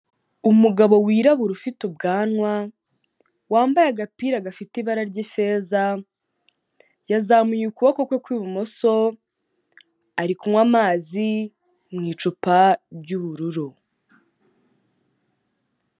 Umugabo wirabura ufite ubwanwa, wambaye agapira gafite ibara ry'ifeza, yazamuye ukuboko kwe kw'ibumoso ari kunywa amazi mu icupa ry'ubururu.